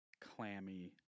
clammy